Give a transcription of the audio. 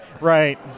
right